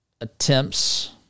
attempts